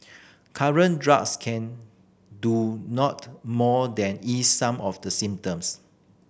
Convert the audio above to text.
current drugs can do not more than ease some of the symptoms